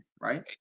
right